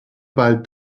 bald